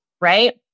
right